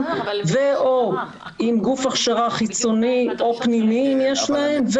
ו/או עם גוף הכשרה חיצוני או פנימי אם יש להם,